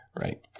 Right